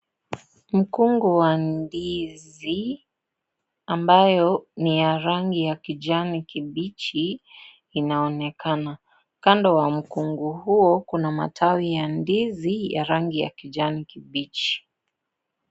Mkungu wa ndizi ambayo ni ya rangi ya kijani kibichi inaonekana . Kando wa mkungu huo kuna matawi ya ndizi ya rangi ya kijani kibichi.